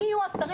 מי יהיו השרים,